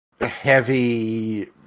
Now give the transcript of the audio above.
heavy